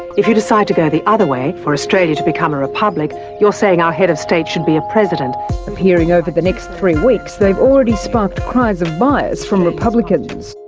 if you decide to go the other way, for australia to become a republic, you are saying our head of state should be a president, journalist appearing over the next three weeks, they already sparked cries of bias from republicans.